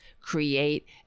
create